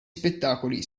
spettacoli